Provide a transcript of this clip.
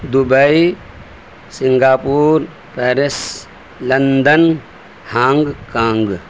Dubai Singapore Paris London Hong Kong